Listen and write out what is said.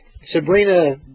Sabrina